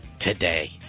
today